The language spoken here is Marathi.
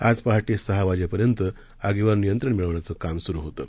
आज पहाटे सहा वाजेपर्यंत आगीवर नियंत्रण मिळवण्याचं काम सुरू होतं